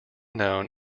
known